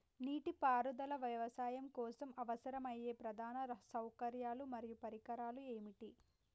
నీటిపారుదల వ్యవసాయం కోసం అవసరమయ్యే ప్రధాన సౌకర్యాలు మరియు పరికరాలు ఏమిటి?